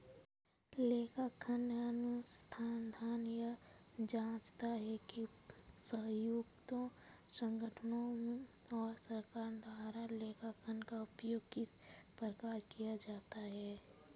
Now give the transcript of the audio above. लेखांकन अनुसंधान यह जाँचता है कि व्यक्तियों संगठनों और सरकार द्वारा लेखांकन का उपयोग किस प्रकार किया जाता है